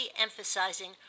emphasizing